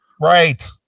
Right